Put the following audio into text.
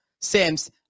Sims